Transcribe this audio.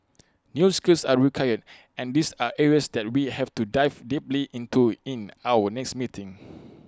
new skills are required and these are areas that we have to dive deeply into in our next meeting